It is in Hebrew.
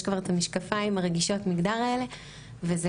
יש כבר את המשקפיים רגישות המגדר האלה וזה